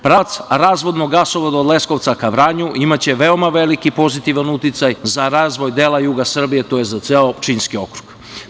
Pravac razvodnog gasovoda od Leskovca ka Vranju imaće veoma veliki pozitivan uticaj za razvoj dela juga Srbije tj. za ceo Pčinjski okrug.